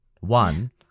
One